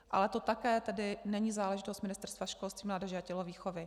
Ale to také není záležitost Ministerstva školství, mládeže a tělovýchovy.